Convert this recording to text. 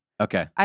Okay